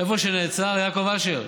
איפה שנעצר, יעקב אשר,